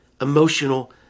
emotional